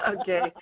Okay